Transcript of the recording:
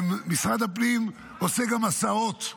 משרד הפנים עושה גם הסעות.